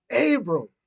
Abram